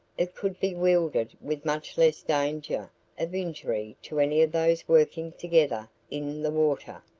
it could be wielded with much less danger of injury to any of those working together in the water.